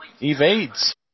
evades